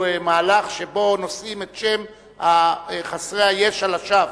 למהלך שבו נושאים את שם חסרי הישע לשווא.